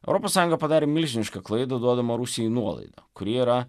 europos sąjunga padarė milžinišką klaidą duodama rusijai nuolaidą kuri yra